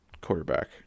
quarterback